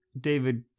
David